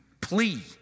plea